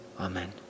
Amen